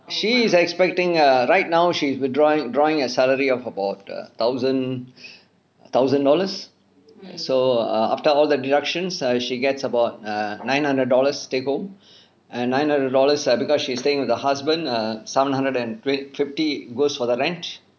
she is expecting a right now she's withdrawing drawing a salary of about err thousand a thousand dollars so err after all the deductions so she gets about err nine hundred dollars take home and nine hundred dollars and because she's staying with the husband err one hundred and fifty goes for the rent